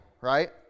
right